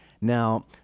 Now